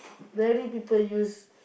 rarely people use